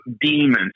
demons